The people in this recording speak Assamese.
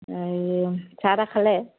এই চাহ তাহ খালে